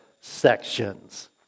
sections